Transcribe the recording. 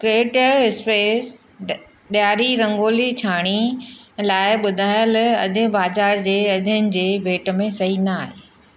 creative space ॾियारी रंगोली छाणी लाइ ॿुधायल अधे बाज़ार जे अघनि जी भेट में सही न आहे